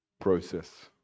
Process